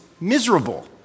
miserable